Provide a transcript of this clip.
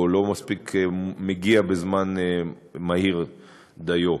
או שאינו מהיר דיו.